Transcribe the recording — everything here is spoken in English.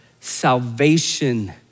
salvation